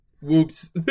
whoops